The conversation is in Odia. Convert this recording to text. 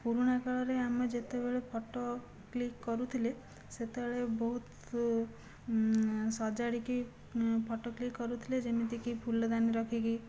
ପୁରୁଣା କାଳରେ ଆମେ ଯେତେବେଳେ ଫଟୋ କ୍ଲିକ୍ କରୁଥିଲେ ସେତେବେଳେ ବହୁତ ସଜାଡ଼ିକି ଫଟୋ କ୍ଲିକ୍ କରୁଥିଲେ ଯେମିତିକି ଫୁଲଦାନୀ ରଖିକି